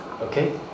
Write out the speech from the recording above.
Okay